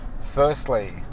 Firstly